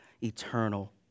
eternal